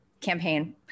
campaign